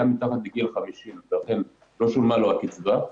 מתחת לגיל 50 ולכן לא שולמה לו הקצבה.